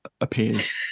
appears